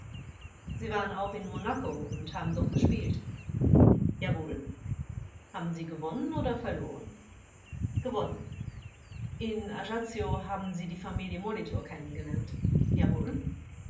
sie waren auch in monaco und haben dort gespielt angekl jawohl vors haben sie gewonnen oder verloren angekl gewonnen vors in ajaccio haben sie die familie molitor kennengelernt angekl jawohl